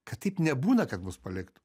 kad taip nebūna kad mus paliktų